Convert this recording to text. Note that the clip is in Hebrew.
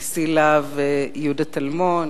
נשיא "להב" יהודה טלמון,